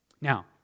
Now